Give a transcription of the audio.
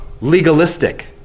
legalistic